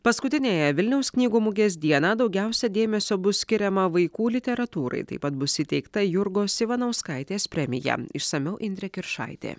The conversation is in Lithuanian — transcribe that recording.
paskutiniąją vilniaus knygų mugės dieną daugiausia dėmesio bus skiriama vaikų literatūrai taip pat bus įteikta jurgos ivanauskaitės premija išsamiau indrė kiršaitė